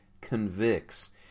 convicts